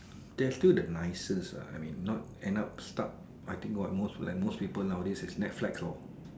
they're still the nicest ah I mean not end up stuck I think what most like most people nowadays it's netflix or